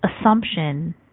assumption